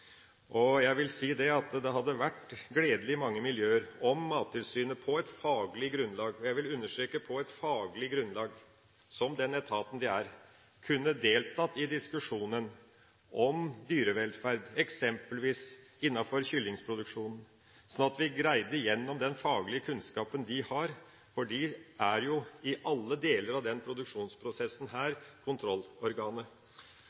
på et faglig grunnlag – og jeg vil understreke, på et faglig grunnlag – kunne deltatt i diskusjonen om dyrevelferd, f.eks. når det gjelder kyllingproduksjonen. Slik kunne vi greid å få tilsynet – gjennom den faglige kunnskapen det har som kontrollorganet i alle deler av denne produksjonsprosessen